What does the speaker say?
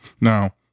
Now